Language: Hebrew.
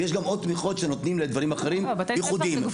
ויש גם עוד תמיכות שנותנים לדברים אחרים ייחודיים.